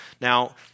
Now